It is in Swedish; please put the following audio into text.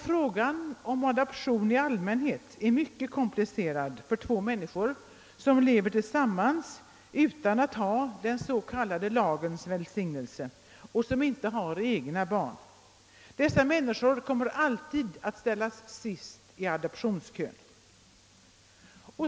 Frågan om adoption i allmänhet är mycket komplicerad för två människor som lever tillsamman utan att ha lagens sanktion och som inte har egna barn. Dessa människor kommer alltid att ställas sist i adoptionskön.